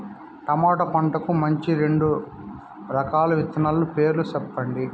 tomato పంటకు మంచి రెండు రకాల విత్తనాల పేర్లు సెప్పండి